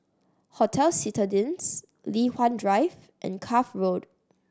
Hotel Citadines Li Hwan Drive and Cuff Road